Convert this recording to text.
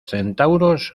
centauros